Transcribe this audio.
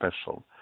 special